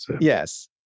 Yes